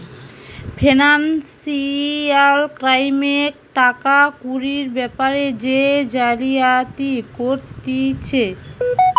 financial ক্রাইমে টাকা কুড়ির বেপারে যে জালিয়াতি করতিছে